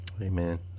Amen